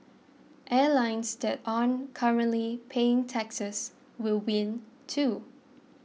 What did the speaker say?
airlines that aren't currently paying taxes will win too